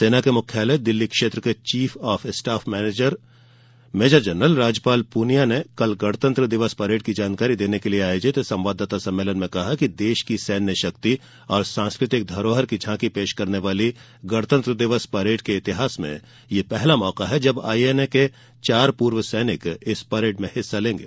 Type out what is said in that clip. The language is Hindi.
सेना के मुख्यालय दिल्ली क्षेत्र के chief of staff major general Rajpal Punia ने कल गणतंत्र दिवस परेड की जानकारी देने के लिए आयोजित संवाददाता सम्मेलन में कहा कि देश की सैन्य शक्ति और सांस्कृतिक धरोहर की झांकी पेश करने वाली गणतंत्र दिवस परेड के इतिहास में यह पहला मौका है जब आईएनए के चार पूर्व सैनिक इस परेड में हिस्सा लेंगे